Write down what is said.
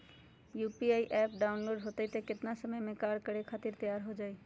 UPI app download होई त कितना समय मे कार्य करे खातीर तैयार हो जाई?